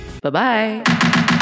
Bye-bye